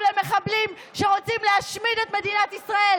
אותם ולחסוך למעבידים את אותם ימי בידוד,